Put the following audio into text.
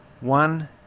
One